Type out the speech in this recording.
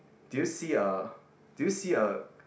do you see a do you see a